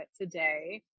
today